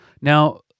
Now